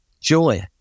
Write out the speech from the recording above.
joy